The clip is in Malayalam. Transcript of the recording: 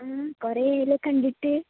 കുറേ ആയല്ലോ കണ്ടിട്ട്